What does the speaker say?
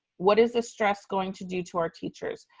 what is the stress going to do to our teachers?